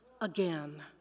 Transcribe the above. again